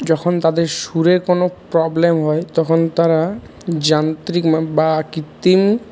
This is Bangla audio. যখন তাদের সুরের কোনও প্রবলেম হয় তখন তারা যান্ত্রিক বা কৃত্রিম